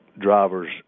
drivers